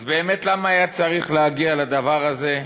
אז באמת למה היה צריך להגיע לדבר הזה?